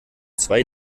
zwei